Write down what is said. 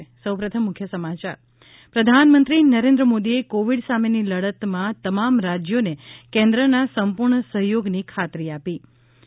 ે પ્રધાનમંત્રી નરેન્દ્ર મોદીએ કોવિડ સામેની લડતમાં તમામ રાજ્યોને કેન્દ્રના સંપૂર્ણ સહ્યોગની ખાતરી આપી છે